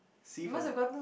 C for